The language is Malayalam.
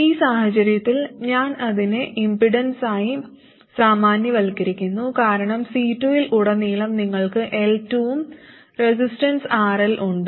ഈ സാഹചര്യത്തിൽ ഞാൻ അതിനെ ഇംപെഡൻസായി സാമാന്യവൽക്കരിക്കുന്നു കാരണം C2 ൽ ഉടനീളം നിങ്ങൾക്ക് L2 ഉം റെസിസ്റ്റൻസ് RL ഉണ്ട്